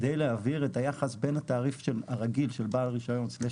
זאת כדי להבהיר את היחס בין התעריף הרגיל של בעל הרישיון/נתגז,